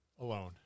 Alone